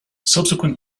subsequent